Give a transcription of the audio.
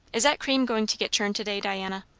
is that cream going to get churned to-day, diana?